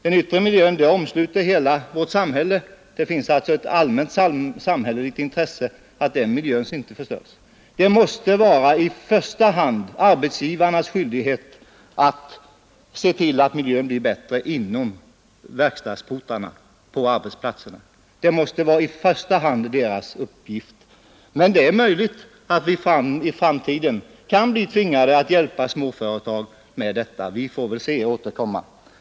Den yttre miljön omsluter hela vårt samhälle, och det finns alltså ett allmänt samhälleligt intresse av att denna miljö inte förstörs. Det måste i första hand vara arbetsgivarnas skyldighet att se till att miljön blir bättre innanför verkstadsportarna och på arbetsplatserna. Men det är möjligt att vi i framtiden kan bli tvingade att hjälpa småföretag med detta. Vi får väl se och återkomma.